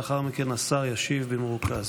לאחר מכן השר ישיב במרוכז.